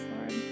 Lord